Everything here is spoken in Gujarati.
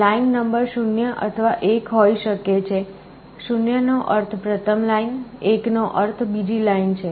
લાઈન નંબર 0 અથવા 1 હોઈ શકે છે 0 નો અર્થ પ્રથમ લાઈન 1 નો અર્થ બીજી લાઇન છે